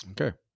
Okay